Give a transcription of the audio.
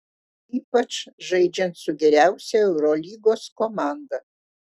ypač žaidžiant su geriausia eurolygos komanda